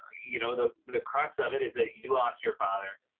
you know, the the crux of it is that you lost your father,